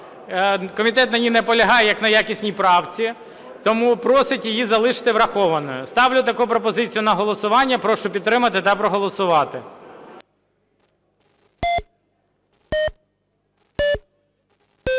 Комітет на ній наполягає як на якісній правці, тому просить її залишити врахованою. Ставлю таку пропозицію на голосування. Прошу підтримати та проголосувати.